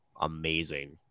amazing